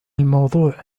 الموضوع